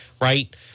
right